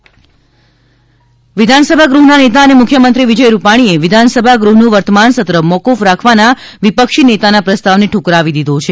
વિધાનસભા વિધાનસભા ગૃહના નેતા અને મુખ્યમંત્રી શ્રી વિજયભાઇ રૂપાણીએ વિધાનસભા ગૃહનું વર્તમાન સત્ર મોફફ રાખવાના વિપક્ષી નેતાના પ્રસ્તાવને ઠુકરાવી દીધો છે